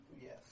Yes